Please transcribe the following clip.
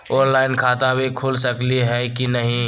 Online खाता भी खुल सकली है कि नही?